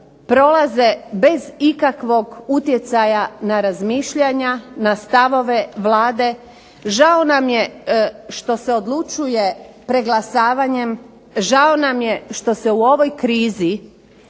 prolaze bez ikakvog utjecaja na razmišljanja, na stavove Vlade, žao nam je što se odlučuje preglasavanjem, žao nam je što se u ovoj krizi